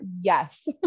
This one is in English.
Yes